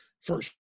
first